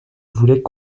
voulaient